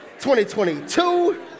2022